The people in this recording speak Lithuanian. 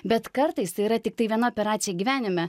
bet kartais tai yra tiktai viena operacija gyvenime